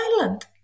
island